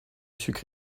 sucre